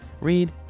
read